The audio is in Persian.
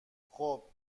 خوب